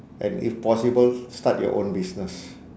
and if possible start your own business